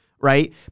right